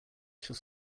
shall